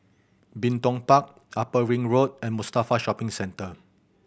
Bin Tong Park Upper Ring Road and Mustafa Shopping Centre